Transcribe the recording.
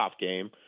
game